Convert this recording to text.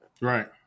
Right